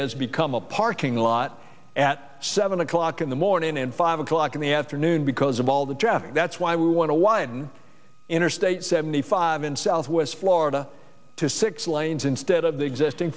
has become a parking lot at seven o'clock in the morning and five o'clock in the afternoon because of all the traffic that's why we want to widen interstate seventy five in southwest florida to six lanes instead of the existing